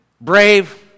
brave